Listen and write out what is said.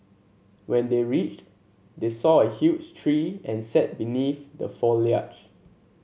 when they reached they saw a huge tree and sat beneath the foliage